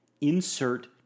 Insert